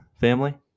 family